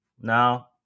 Now